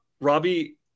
Robbie